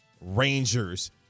Rangers